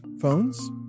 phones